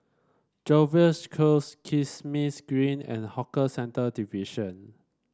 Jervois Close Kismis Green and Hawker Centre Division